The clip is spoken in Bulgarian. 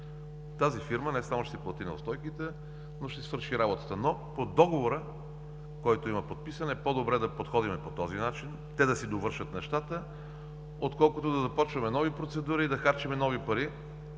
тази фирма не само ще си плати неустойките, но и ще си свърши работата. По подписания договор е по-добре да подходим по този начин – те да си довършат нещата, отколкото да започваме нови процедури и да харчим нови пари